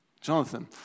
Jonathan